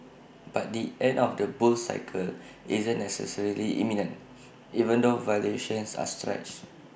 but the end of the bull cycle isn't necessarily imminent even though valuations are stretched